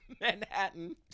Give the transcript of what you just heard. Manhattan